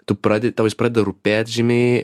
tu pradedi tau jis pradeda rūpėt žymiai